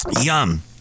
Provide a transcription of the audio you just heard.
Yum